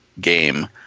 Game